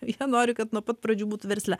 jie nori kad nuo pat pradžių būtų versle